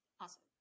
Awesome